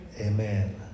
Amen